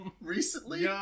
recently